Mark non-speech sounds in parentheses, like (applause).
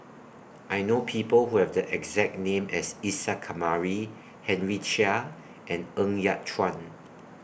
(noise) I know People Who Have The exact name as Isa Kamari Henry Chia and Ng Yat Chuan